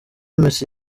messi